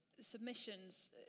submissions